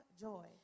joy